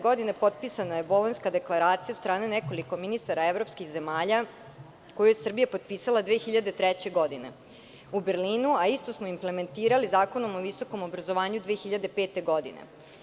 Godine 1999. je potpisana Bolonjska deklaracija od strane nekoliko ministara evropskih zemalja, koju je Srbija potpisala 2003. godine u Berlinu, a isto smo implementirali Zakonom o visokom obrazovanju 2005. godine.